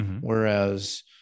whereas